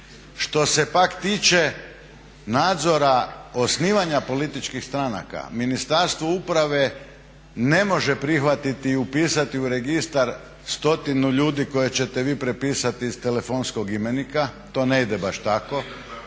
Što se pak tiče nadzora osnivanja političkih stranaka Ministarstvo uprave ne može prihvatiti i upisati u registar 100 ljudi koje ćete vi prepisati iz telefonskog imenika, to ne ide baš tako,